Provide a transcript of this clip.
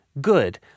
good